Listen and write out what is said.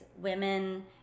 Women